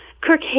kirk